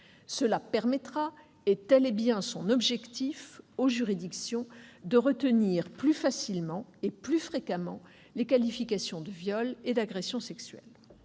Cela permettra- tel est bien son objectif -aux juridictions de retenir plus facilement et plus fréquemment les qualifications de viol et d'agression sexuelle.